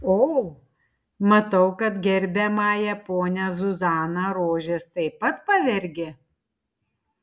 o matau kad gerbiamąją ponią zuzaną rožės taip pat pavergė